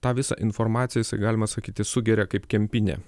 tą visą informaciją jisai galima sakyti sugeria kaip kempinė